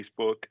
Facebook